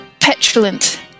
petulant